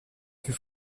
fut